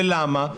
למה?